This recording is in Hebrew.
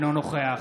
אינו נוכח